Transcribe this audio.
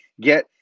get